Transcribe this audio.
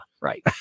right